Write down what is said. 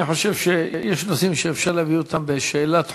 אני חושב שיש נושאים שאפשר להביא אותם בשאלה דחופה,